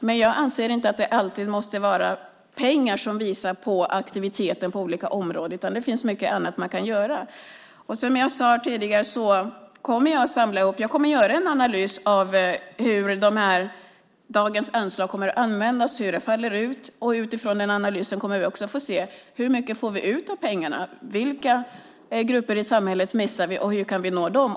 Men jag anser inte att det alltid måste vara pengar som visar aktiviteten på olika områden - det finns mycket annat man kan göra. Som jag sade tidigare kommer jag att samla upp och göra en analys av hur dagens anslag kommer att användas och hur utfallet blir. Utifrån den analysen kommer vi också att kunna se hur mycket vi får ut av pengarna. Vilka grupper i samhället missar vi? Hur kan vi nå dem?